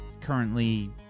currently